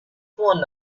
phone